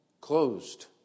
Closed